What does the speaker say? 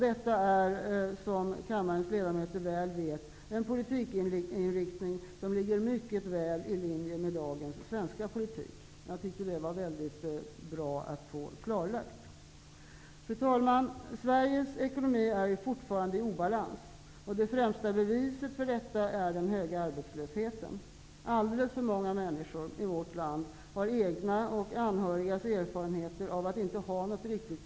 Detta är, som kammarens ledamöter väl vet, en politikinriktning som ligger mycket väl i linje med dagens svenska politik. Jag tyckte att det var väldigt bra att få klarlagt. Fru talman! Sveriges ekonomi är fortfarande i obalans. Det främsta beviset på detta är den höga arbetslösheten. Alldeles för många människor i vårt land har egna erfarenheter av att inte ha något riktigt arbete att gå till eller har anhöriga som befinner sig i den situationen.